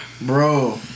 bro